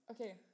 Okay